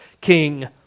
king